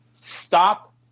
Stop